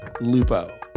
Lupo